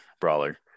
brawler